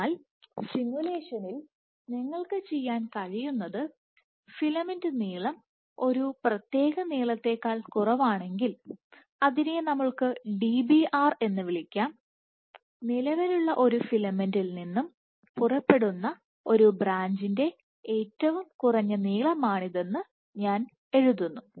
അതിനായി സിമുലേഷനിൽ നിങ്ങൾക്ക് ചെയ്യാൻ കഴിയുന്നത് ഫിലമെന്റ് നീളം ഒരു പ്രത്യേക നീളത്തേക്കാൾ കുറവാണെങ്കിൽ അതിനെ നമുക്ക് Dbr എന്ന് പറയാം നിലവിലുള്ള ഒരു ഫിലമെന്റിൽ നിന്ന് പുറപ്പെടുന്ന ഒരു ബ്രാഞ്ചിൻറെ ഏറ്റവും കുറഞ്ഞ നീളമാണിതെന്ന് ഞാൻ എഴുതുന്നു